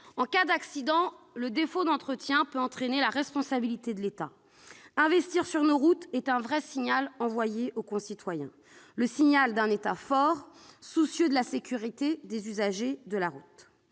En cas d'accident, le défaut d'entretien peut entraîner la responsabilité de l'État. Investir sur nos routes est un vrai signal envoyé à nos concitoyens, le signal d'un État fort, soucieux de la sécurité des usagers de la route.